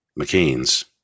McCain's